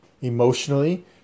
emotionally